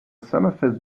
summerfest